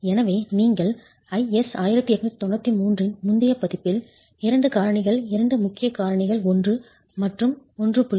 எனவே நீங்கள் IS 1893 இன் முந்தைய பதிப்பில் இரண்டு காரணிகள் இரண்டு முக்கிய காரணிகள் 1 மற்றும் 1